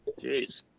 Jeez